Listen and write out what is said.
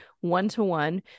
one-to-one